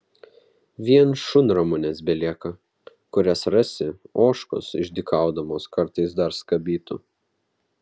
vien šunramunės belieka kurias rasi ožkos išdykaudamos kartais dar skabytų